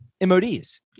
mods